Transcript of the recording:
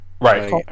right